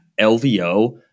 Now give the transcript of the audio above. LVO